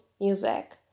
music